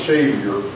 Savior